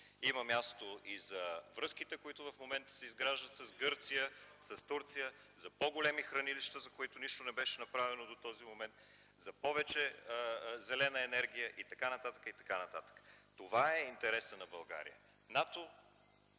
има място и за връзките, които в момента се изграждат с Гърция и с Турция за по-големи хранилища, за които нищо не беше направено до този момент, за повече зелена енергия и т.н., и т.н. Това е интересът на България.